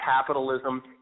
capitalism